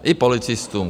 I policistům.